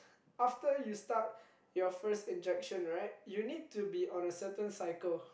after you start your first injection right you need to be on a certain cycle